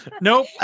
nope